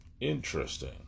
Interesting